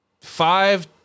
five